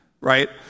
right